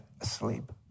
asleep